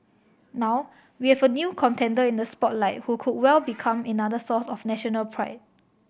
now we have a new contender in the spotlight who could well become another source of national pride